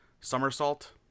Somersault